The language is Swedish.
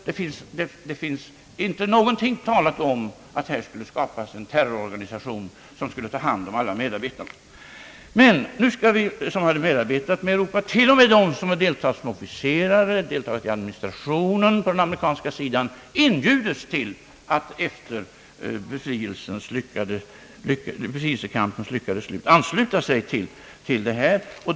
Det finns ingenting som talat om att här skulle skapas en terrororganisation som skulle ta hand om alla medarbetarna. Nu skall till och med de som deltagit som officerare och de som deltagit i administrationen på den amerikanska sidan inbjudas att efter befrielsekampens lyckade slut ansluta sig till detta.